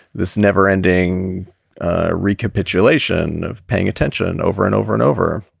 this never ending recapitulation of paying attention over and over and over.